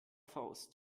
faust